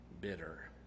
bitter